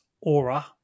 aura